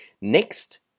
Next